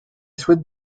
souhaite